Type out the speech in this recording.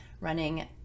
running